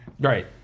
right